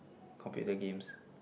computer games